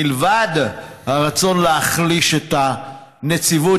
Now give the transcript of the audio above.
מלבד הרצון להחליש את הנציבות,